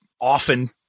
often